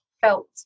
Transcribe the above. felt